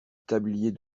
tablier